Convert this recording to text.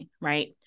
right